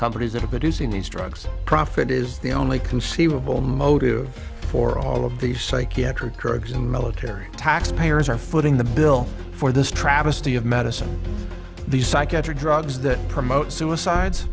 companies that are producing these drugs profit is the only conceivable motive for all of these psychiatric drugs and military taxpayers are footing the bill for this travesty of medicine these psychiatric drugs that promote suicides